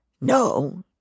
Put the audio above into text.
no